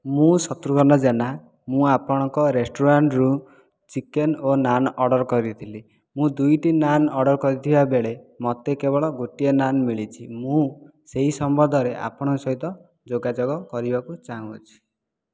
ମୁଁ ଶତ୍ରୁଘ୍ନ ଜେନା ମୁଁ ଆପଣଙ୍କ ରେଷ୍ଟୁରାଣ୍ଟରୁ ଚିକେନ୍ ଓ ନାନ୍ ଅର୍ଡ଼ର କରିଥିଲି ମୁଁ ଦୁଇଟି ନାନ୍ ଅର୍ଡ଼ର କରିଥିବା ବେଳେ ମୋତେ କେବଳ ଗୋଟିଏ ନାନ୍ ମିଳିଛି ମୁଁ ସେହି ସମ୍ବନ୍ଧରେ ଆପଣଙ୍କ ସହିତ ଯୋଗାଯୋଗ କରିବାକୁ ଚାଁହୁଅଛି